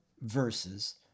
verses